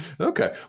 Okay